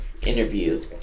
interview